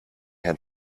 had